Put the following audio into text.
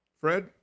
Fred